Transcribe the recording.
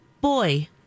Boy